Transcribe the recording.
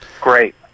Great